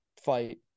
fight